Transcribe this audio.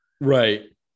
Right